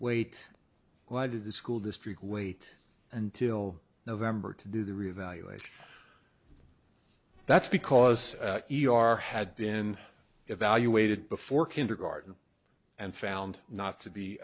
wait why did the school district wait until november to do the reevaluation that's because e r had been evaluated before kindergarten and found not to be